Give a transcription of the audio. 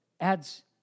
adds